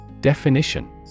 Definition